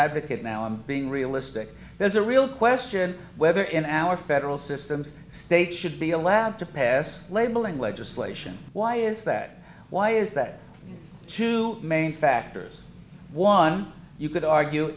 advocate now i'm being realistic there's a real question whether in our federal systems states should be allowed to pass labeling legislation why is that why is that two main factors one you could argue